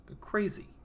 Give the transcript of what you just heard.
crazy